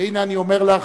והנה אני אומר לך,